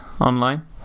online